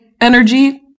energy